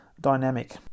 dynamic